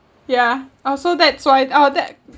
yeah oh so that's why it oh that